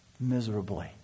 miserably